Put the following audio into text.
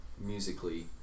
musically